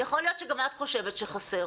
יכול להיות שגם את חושבת שחסר,